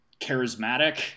charismatic